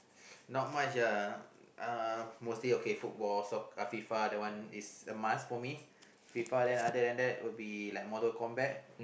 not much uh mostly okay football so F_I_F_A that one is a must for me F_I_F_A other than that would be Mortal-Kombat